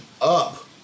up